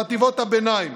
אני לא, בחטיבות הביניים